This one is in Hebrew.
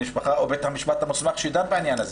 משפחה או בית המשפט המוסמך שדן בעניין.